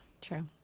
True